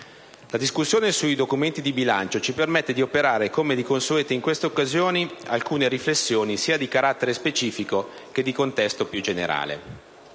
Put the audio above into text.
La discussione sui documenti di bilancio ci permette di operare, come di consueto in queste occasioni, alcune riflessioni sia di carattere specifico che di contesto più generale.